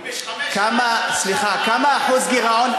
מיקי, 5.2%, שנה שעברה,